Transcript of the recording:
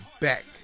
back